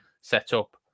setup